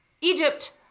egypt